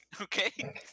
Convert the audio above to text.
okay